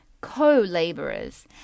co-laborers